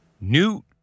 Newt